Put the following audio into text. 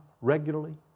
regularly